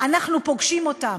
אנחנו פוגשים אותם.